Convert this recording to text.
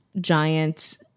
giant